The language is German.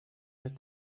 mehr